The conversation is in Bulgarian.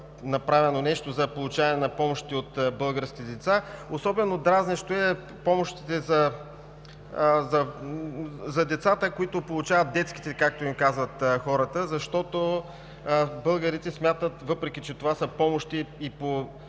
при получаване на помощи от българските деца. Особено дразнещи са помощите за децата, които получават „детските“, както им казват хората, защото българите смятат, въпреки че това са помощи, които